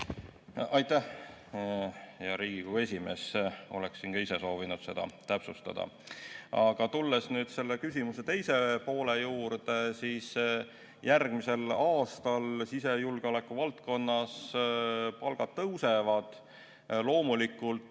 Aitäh, hea Riigikogu esimees! Oleksin ka ise soovinud seda täpsustada. Aga tulen nüüd selle küsimuse teise poole juurde. Järgmisel aastal sisejulgeoleku valdkonnas palgad tõusevad. Loomulikult,